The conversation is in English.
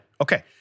Okay